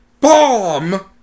BOMB